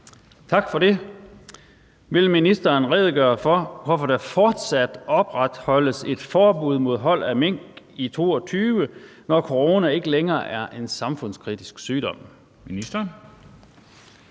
Larsen (KF): Vil ministeren redegøre for, hvorfor der fortsat opretholdes et forbud mod hold af mink i 2022, når corona ikke længere er en samfundskritisk sygdom?